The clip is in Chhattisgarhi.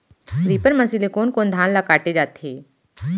रीपर मशीन ले कोन कोन धान ल काटे जाथे?